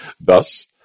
Thus